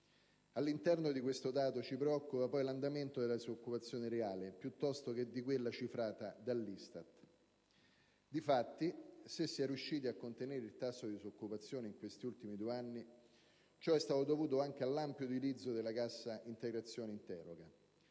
All'interno di questo dato ci preoccupa poi l'andamento della disoccupazione reale, piuttosto che di quella cifrata dall'ISTAT. Difatti, se si è riusciti a contenere il tasso di disoccupazione in questi ultimi due anni ciò è dovuto anche all'ampio utilizzo della cassa integrazione in deroga.